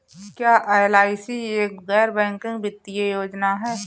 क्या एल.आई.सी एक गैर बैंकिंग वित्तीय योजना है?